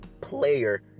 player